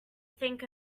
think